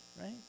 right